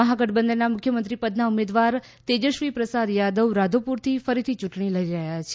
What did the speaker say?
મહાગઠબંધનના મુખ્યમંત્રીપદના ઉમેદવાર તેજસ્વીપ્રસાદ યાદવ રાધોપુરથી ફરીથી ચૂંટણી લડી રહ્યા છે